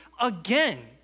again